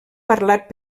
parlat